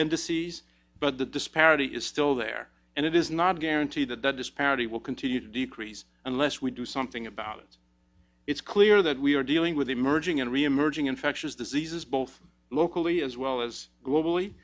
indices but the disparity is still there and it is not a guarantee that the disparity will continue to decrease unless we do something about it it's clear that we are dealing with emerging and reemerging infectious diseases both locally as well as globally